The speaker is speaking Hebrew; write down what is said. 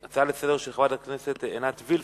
הצעה לסדר-היום של חברת הכנסת עינת וילף,